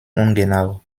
ungenau